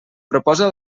proposa